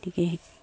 গতিকে সেই